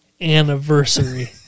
Anniversary